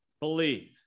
Believe